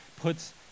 puts